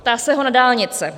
Ptá se ho na dálnice: